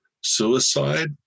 suicide